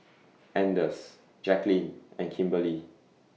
Anders Jackeline and Kimberly